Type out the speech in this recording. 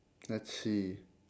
let's see